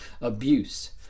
abuse